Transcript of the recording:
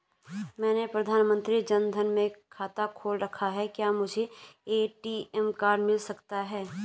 मैंने प्रधानमंत्री जन धन में खाता खोल रखा है क्या मुझे ए.टी.एम कार्ड मिल सकता है?